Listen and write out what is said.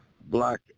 black